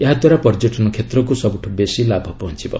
ଏହାଦ୍ୱାରା ପର୍ଯ୍ୟଟନ କ୍ଷେତ୍ରକୁ ସବୁଠୁ ବେଶି ଲାଭ ପହଞ୍ଚିବ